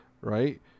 right